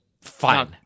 fine